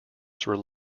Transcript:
systems